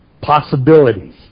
possibilities